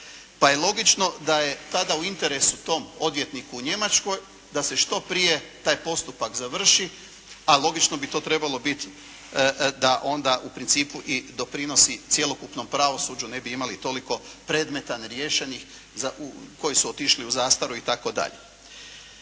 pa je logično da je tada u interesu tom odvjetniku u Njemačkoj da se što prije taj postupak završi, a logično bi to trebalo bit da onda u principu doprinosi cjelokupnom pravosuđu, ne bi imali toliko predmeta neriješenih koji su otišli u zastaru itd.